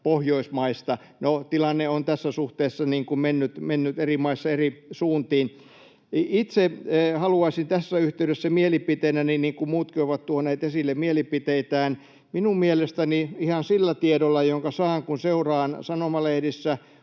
Pohjoismaista. No, tilanne on tässä suhteessa mennyt eri maissa eri suuntiin. Itse haluaisin tässä yhteydessä mielipiteenäni sanoa, niin kuin muutkin ovat tuoneet esille mielipiteitään, että minun mielestäni ihan sillä tiedolla, jonka saan, kun seuraan sanomalehdistä